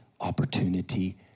opportunity